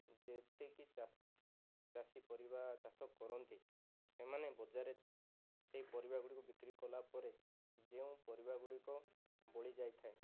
ଯେତିକି ଚାଷ ଚାଷୀ ପରିବା ଚାଷ କରନ୍ତି ସେମାନେ ବଜାରରେ ସେହି ପରିବା ଗୁଡ଼ିକୁ ବିକ୍ରି କଲା ପରେ ଯେଉଁ ପରିବା ଗୁଡ଼ିକ ବଳିଯାଇଥାଏ